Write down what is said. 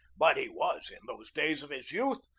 but he was, in those days of his youth,